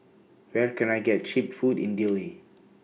Where Can I get Cheap Food in Dili